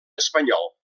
espanyol